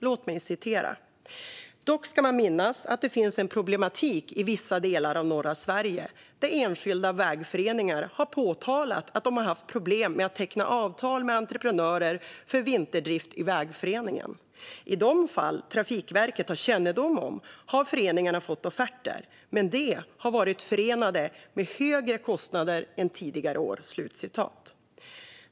Låt mig citera: "Dock ska man minnas att det finns en problematik i vissa delar av norra Sverige där enskilda vägföreningar har påtalat att de har haft problem med att teckna avtal med entreprenörer för vinterdrift i vägföreningen. I de fall Trafikverket har kännedom om har föreningarna fått offerter, men det har varit förenade med högre kostnader än tidigare år."